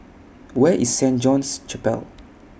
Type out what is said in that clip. Where IS Saint John's Chapel